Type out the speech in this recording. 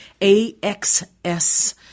AXS